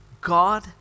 God